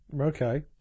Okay